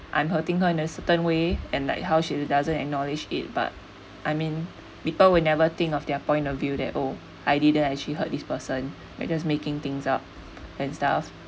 I'm hurting her in a certain way and like how she doesn't acknowledge it but I mean people would never think of their point of view that oh I didn't actually hurt this person we're just making things up and stuff